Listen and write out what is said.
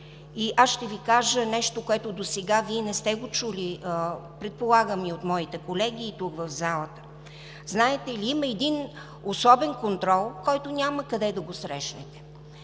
Аз ще Ви кажа нещо, което досега не сте чули, предполагам, от моите колеги тук, в залата. Знаете ли, има един особен контрол, който няма къде да срещнете.